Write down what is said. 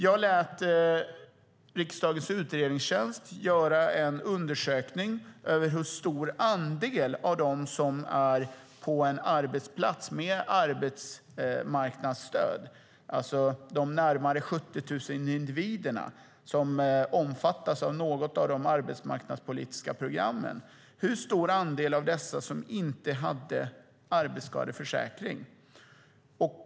Jag lät riksdagens utredningstjänst undersöka hur stor andel av dem som är på en arbetsplats med arbetsmarknadsstöd, alltså de närmare 70 000 individer som omfattas av något av de arbetsmarknadspolitiska programmen, som inte hade arbetsskadeförsäkring.